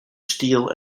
steel